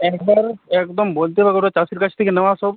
একদম একদম বলতে হবে না ওটা চাষীর কাছ থেকে নেওয়া সব